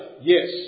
yes